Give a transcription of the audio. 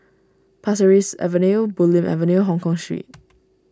Pasir Ris Avenue Bulim Avenue Hongkong Street